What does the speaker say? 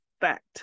fact